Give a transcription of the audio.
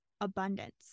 abundance